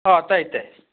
ꯑꯥ ꯇꯥꯏ ꯇꯥꯏ